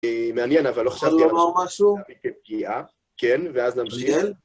מעניין, אבל לא חשבתי על פגיעה, כן, ואז נמשיך.